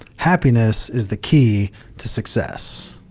happiness is the key to success.